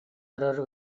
эрэр